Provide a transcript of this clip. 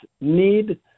need